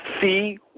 see